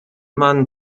man